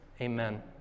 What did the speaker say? Amen